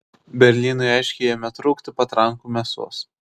berlynui aiškiai ėmė trūkti patrankų mėsos